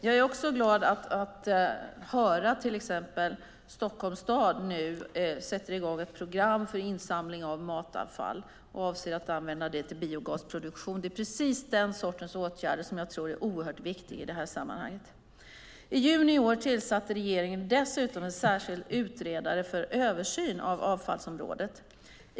Jag är också glad över att till exempel Stockholms stad nu sätter i gång ett program för insamling av matavfall och avser att använda det till biogasproduktion. Det är precis den sortens åtgärder som jag tror är viktiga i det här sammanhanget. I juni i år tillsatte regeringen dessutom en särskild utredare för en översyn av avfallsområdet.